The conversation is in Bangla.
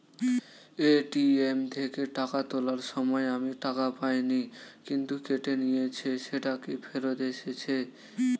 এ.টি.এম থেকে টাকা তোলার সময় আমি টাকা পাইনি কিন্তু কেটে নিয়েছে সেটা কি ফেরত এসেছে?